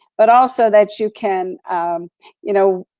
but also that you can you know,